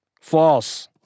False